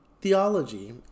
Theology